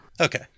Okay